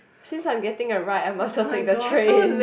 since I am getting a ride I might as well take the train